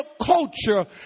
culture